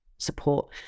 Support